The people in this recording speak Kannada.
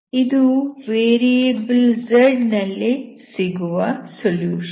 ಇದು ವೇರಿಯಬಲ್ z ನಲ್ಲಿ ಸಿಗುವ ಸೊಲ್ಯೂಷನ್